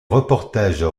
reportages